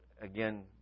again